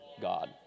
God